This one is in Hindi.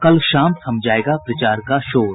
कल शाम थम जायेगा प्रचार का शोर